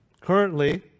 Currently